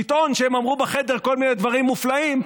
לטעון שהם אמרו בחדר כל מיני דברים מופלאים,